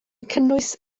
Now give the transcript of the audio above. cynnwys